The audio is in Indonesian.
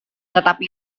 tetapi